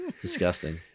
Disgusting